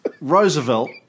Roosevelt